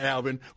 Alvin